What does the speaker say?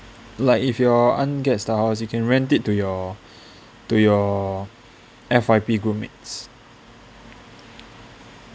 like if your aunt gets the house you can rent it to your to your F_Y_P group mates